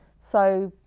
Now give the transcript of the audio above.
so,